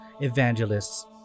evangelists